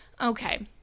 okay